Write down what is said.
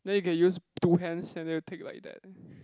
then you can use two hands and then you take like that